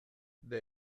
they